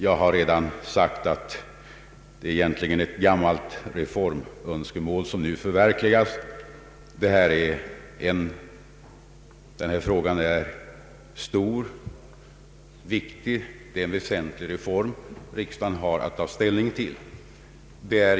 Jag har redan sagt att det egentligen är ett gammalt reformönskemål som nu förverkligas. Denna fråga är viktig; det är en väsentlig reform riksdagen har att ta ställning till.